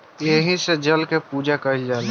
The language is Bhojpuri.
एही से जल के पूजा कईल जाला